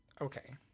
Okay